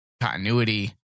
continuity